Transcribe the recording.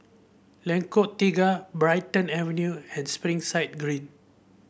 Lengkong Tiga Brighton Avenue and Springside Green